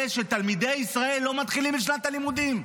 שתלמידי ישראל לא מתחילים את שנת הלימודים.